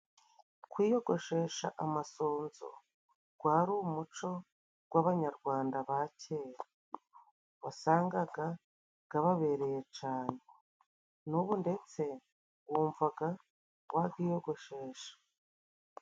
Kwiyogoshesha amasunzu， gwari umuco gw'abanyarwanda ba kera， wasangaga gababereye cane n'ubu ndetse wumvaga wakiyogoshesha.